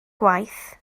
gwaith